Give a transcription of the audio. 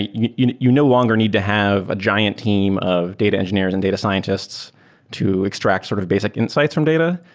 you no you know longer need to have a giant team of data engineers and data scientists to extract sort of basic insights from data.